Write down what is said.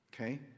Okay